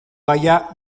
gaia